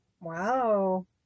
Wow